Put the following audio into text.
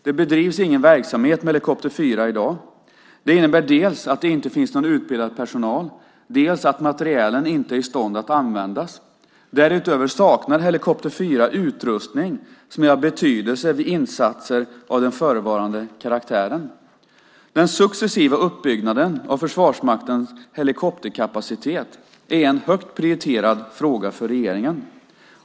Det bedrivs ingen verksamhet med helikopter 4 i dag. Det innebär dels att det inte finns någon utbildad personal, dels att materielen inte är i stånd att användas. Därutöver saknar helikopter 4 utrustning som är av betydelse vid insatser av den förevarande karaktären. Den successiva uppbyggnaden av Försvarsmaktens helikopterkapacitet är en högt prioriterad fråga för regeringen.